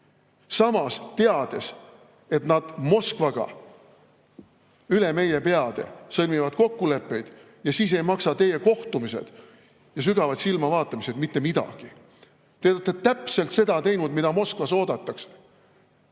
teades samas, et nad Moskvaga üle meie peade sõlmivad kokkuleppeid. Ja siis ei maksa teie kohtumised ja sügavad silmavaatamised mitte midagi. Te olete täpselt seda teinud, mida Moskvas oodatakse.